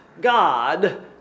God